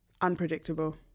unpredictable